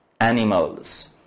animals